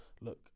look